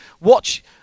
watch